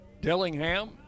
Dillingham